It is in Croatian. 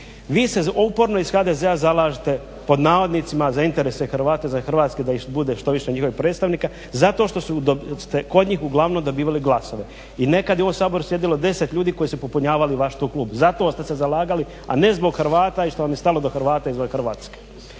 Vi se uporno iz HDZ-a zalažete pod navodnicima za interese Hrvate, za Hrvatske da ih bude što više da imaju predstavnika zato što ste kod njih uglavnom dobivali i nekad je u ovom Saboru sjedilo 10 ljudi koji su popunjavali vaš tu klub. Zato ste se zalagali a ne zbog Hrvata i što vam je stalo do Hrvata izvan Hrvatske.